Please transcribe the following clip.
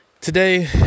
Today